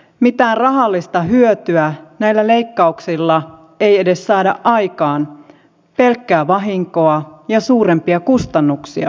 mitään rahallista hyötyä näillä leikkauksilla ei edes saada aikaan pelkkää vahinkoa ja suurempia kustannuksia vain